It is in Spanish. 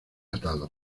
atado